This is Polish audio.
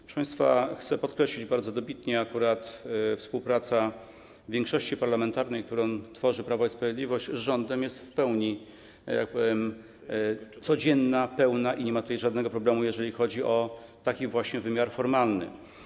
Proszę państwa, chcę podkreślić bardzo dobitnie: akurat współpraca większości parlamentarnej, którą tworzy Prawo i Sprawiedliwość, z rządem jest, że tak powiem, codzienna, pełna i nie ma tutaj żadnego problemu, jeżeli chodzi o taki właśnie wymiar formalny.